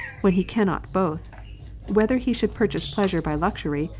when he cannot both whether he should purchase pleasure by luxury,